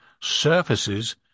surfaces